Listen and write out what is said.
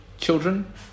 children